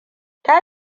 ta